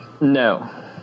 No